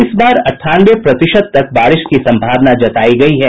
इस बार अट्ठानवे प्रतिशत तक बारिश की सम्भावना जतायी गयी है